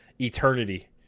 eternity